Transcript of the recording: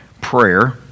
prayer